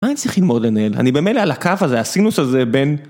מה אני צריך ללמוד לנהל? אני באמת על הקו הזה, הסינוס הזה בין...